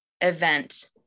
event